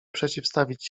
przeciwstawić